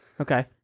Okay